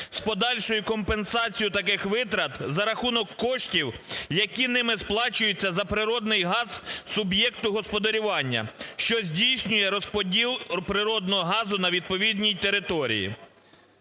з подальшою компенсацією таких витрат за рахунок коштів, які ними сплачуються за природний газ суб'єкту господарювання, що здійснює розподіл природного газу на відповідній території".